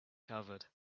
covered